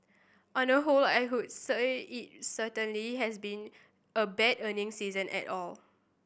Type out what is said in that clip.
on the whole I would say it certainly has been a bad earning season at all